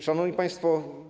Szanowni Państwo!